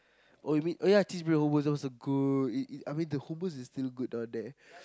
oh you mean oh ya cheese grill it was that was so good it it I mean the Hummus is still good there